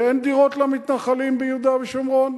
ואין דירות למתנחלים ביהודה ושומרון.